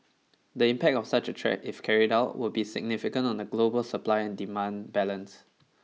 the impact of such a threat if carried out would be significant on the global supply and demand balance